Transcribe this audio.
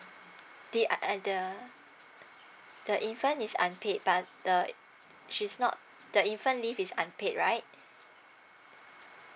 there are uh the the infant is unpaid but the she's not the infant leave is unpaid right